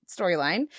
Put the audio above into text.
storyline